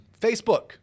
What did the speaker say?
Facebook